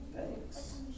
Thanks